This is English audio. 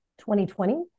2020